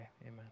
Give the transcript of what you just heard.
Amen